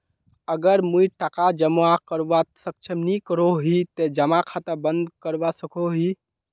अगर मुई टका जमा करवात सक्षम नी करोही ते जमा खाता बंद करवा सकोहो ही?